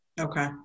Okay